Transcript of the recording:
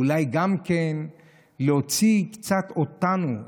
אולי גם להוציא קצת אותנו,